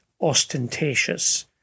ostentatious